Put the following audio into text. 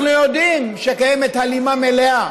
אנחנו יודעים שקיימת הלימה מלאה